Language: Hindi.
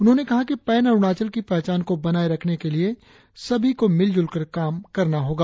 उन्होंने कहा कि पैन अरुणाचल की पहचान को बनाए रखने के लिए सभी को मिलजुल कर काम करना होगा